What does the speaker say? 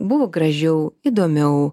buvo gražiau įdomiau